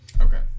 Okay